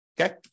okay